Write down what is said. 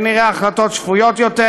שנראה החלטות שפויות יותר,